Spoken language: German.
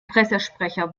pressesprecher